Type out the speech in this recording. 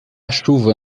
chuva